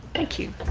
thank you.